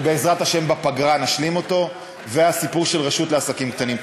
שבעזרת השם בפגרה נשלים אותו והסיפור של רשות לעסקים קטנים.